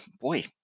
boy